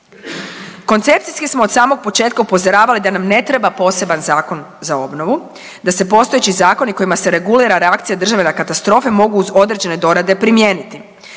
Koncepcijski smo od samog početka upozoravali da nam ne treba poseban Zakon za obnovu, da se postojeći zakoni kojima se regulira reakcija države na katastrofe mogu uz određene dorade primijeniti.